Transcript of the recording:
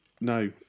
No